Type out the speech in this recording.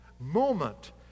moment